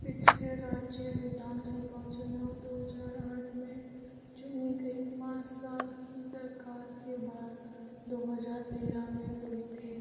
पिछले राज्य विधानसभा चुनाव दो हज़ार आठ में चुनी गई पाँच साल की सरकार के बाद दो हज़ार तेरह में हुए थे